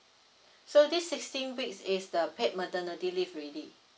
so this sixteen weeks is the paid maternity leave already